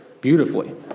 beautifully